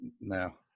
no